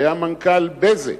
שהיה מנכ"ל "בזק",